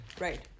Right